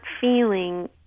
feeling